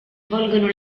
svolgono